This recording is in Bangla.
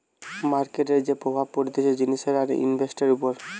মার্কেটের যে প্রভাব পড়তিছে জিনিসের আর ইনভেস্টান্টের উপর